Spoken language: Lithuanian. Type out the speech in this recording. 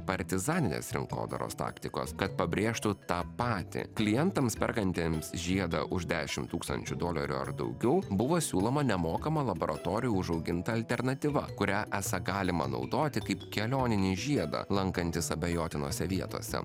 partizaninės rinkodaros taktikos kad pabrėžtų tą patį klientams perkantiems žiedą už dešim tūkstančių dolerių ar daugiau buvo siūloma nemokama laboratorijoj užauginta alternatyva kurią esą galima naudoti kaip kelioninį žiedą lankantis abejotinose vietose